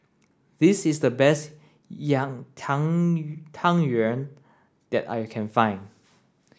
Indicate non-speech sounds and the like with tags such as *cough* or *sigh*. this is the best *unintelligible* Tang Yuen that I can find